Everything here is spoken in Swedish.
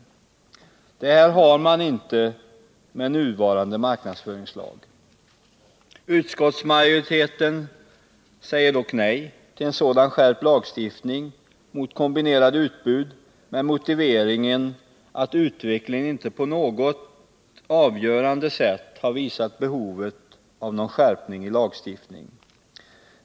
Sådana möjligheter finns inte med nuvarande marknadsföringslag. Utskottsmajoriteten säger dock nej till en skärpt lagstiftning mot kombinerade utbud, med motiveringen att utvecklingen inte på något avgörande sätt visat på ett behov av någon skärpning i lagstiftningen.